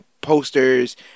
posters